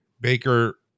Baker